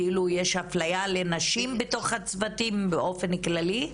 כאילו יש אפליה לנשים בתוך הצוותים באופן כללי?